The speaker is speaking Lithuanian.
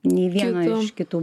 nei vieno iš kitų